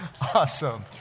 Awesome